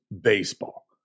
baseball